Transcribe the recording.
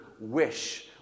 wish